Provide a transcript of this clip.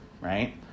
Right